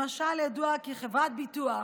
למשל, ידוע כי חברת ביטוח